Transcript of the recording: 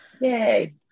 Yay